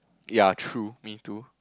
ya true me too